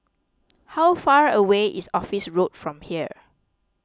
how far away is Office Road from here